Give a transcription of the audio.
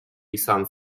izan